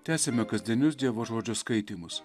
tęsiame kasdienius dievo žodžio skaitymus